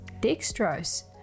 dextrose